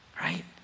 right